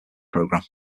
program